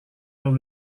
lalu